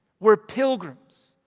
we're pilgrims.